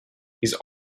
his